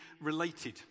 related